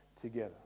together